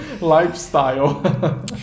lifestyle